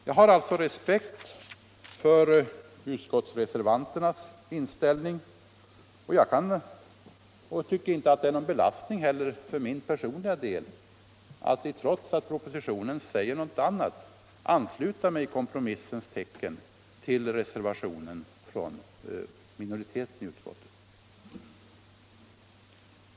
Jag har alltså respekt för utskottsreservanternas inställning, och för min personliga del tycker jag inte heller att det är någon belastning att, trots att det går emot propositionen, i kompromissens tecken ansluta mig till reservationen från minoriteten i utskottet.